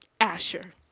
Asher